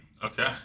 Okay